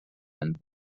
and